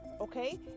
Okay